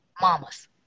mamas